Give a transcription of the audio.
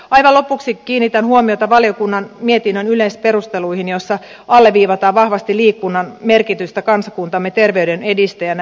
aivan lopuksi kiinnitän huomiota valiokunnan mietinnön yleisperusteluihin joissa alleviivataan vahvasti liikunnan merkitystä kansakuntamme terveyden edistäjänä